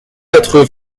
quatre